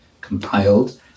compiled